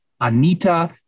Anita